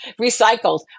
Recycled